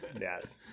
Yes